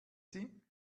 sie